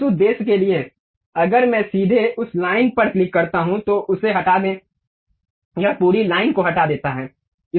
उस उद्देश्य के लिए अगर मैं सीधे उस लाइन पर क्लिक करता हूं तो उसे हटा दें यह पूरी लाइन को हटा देता है